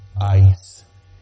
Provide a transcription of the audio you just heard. ice